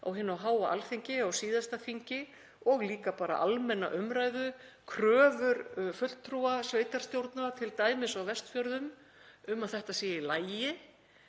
á hinu háa Alþingi á síðasta þingi og líka bara almenna umræðu, kröfur fulltrúa sveitarstjórna, t.d. á Vestfjörðum, um að þetta sé í lagi